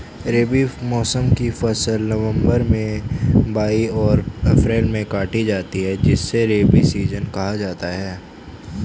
रबी मौसम की फसल नवंबर में बोई और अप्रैल में काटी जाती है जिसे रबी सीजन कहा जाता है